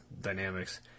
dynamics